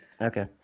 Okay